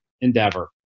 endeavor